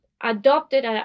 adopted